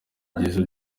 byiza